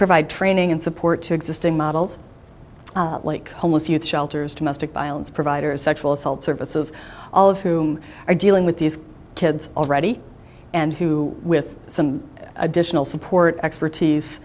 provide training and support to existing models like homeless youth shelters domestic violence providers sexual assault services all of whom are dealing with these kids already and who with some additional support expertise